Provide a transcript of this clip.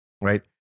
Right